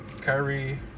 Kyrie